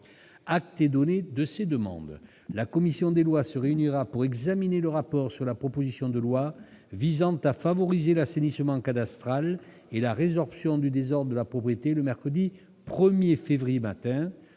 Acte est donné de ces demandes. La commission des lois se réunira pour examiner le rapport sur la proposition de loi visant à favoriser l'assainissement cadastral et la résorption du désordre de propriété le mercredi 1 février matin.